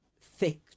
thick